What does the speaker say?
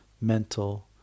mental